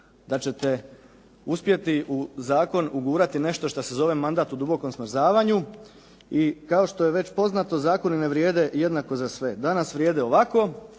da ćete uspjeti u zakon ugurati nešto šta se zove mandat u dubokom smrzavanju. I kao što je već poznato zakoni ne vrijede jednako za sve. Danas vrijede ovako,